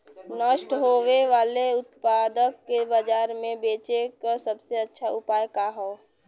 नष्ट होवे वाले उतपाद के बाजार में बेचे क सबसे अच्छा उपाय का हो?